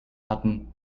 hatten